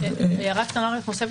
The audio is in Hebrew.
יש לי הערה קטנה --- בסעיף (ט'),